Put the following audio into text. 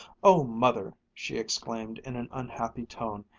oh, mother! she exclaimed in an unhappy tone,